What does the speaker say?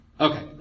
Okay